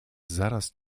zaraz